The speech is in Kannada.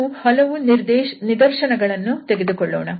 ನಾವು ಹಲವು ನಿದರ್ಶನಗಳನ್ನು ತೆಗೆದುಕೊಳ್ಳೋಣ